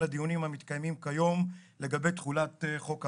הדיונים המתקיימים כיום לגבי תחולת חוק האקלים.